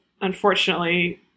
Unfortunately